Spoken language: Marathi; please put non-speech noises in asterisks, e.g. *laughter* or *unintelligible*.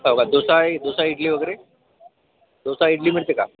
*unintelligible* डोसा आहे डोसा इडली वगैरे डोसा इडली मिळते का